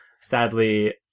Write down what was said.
Sadly